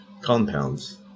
compounds